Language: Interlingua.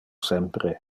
sempre